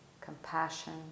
compassion